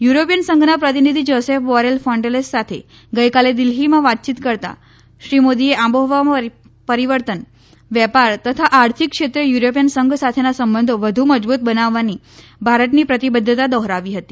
European સંઘના પ્રતિનિધિ Josep Borrell Fontelles સાથે ગઇકાલે દિલ્ફીમાં વાતયીત કરતાં શ્રી મોદીએ આબોહવામાં પરીવર્તન વેપાર તથા આર્થિક ક્ષેત્રે યુરોપીયન સંઘ સાથેના સંબંધો વધુ મજબુત બનાવવાની ભારતની પ્રતિબધ્ધતા દોહરાવી હતી